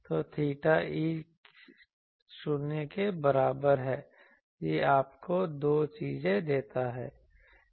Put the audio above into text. तो theta 0 के बराबर है यह आपको दो चीजें देता है